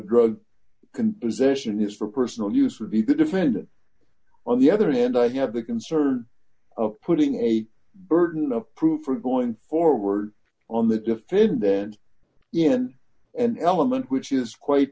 can position is for personal use with the defendant on the other hand i have the concern of putting a burden of proof or going forward on the defendant in an element which is quite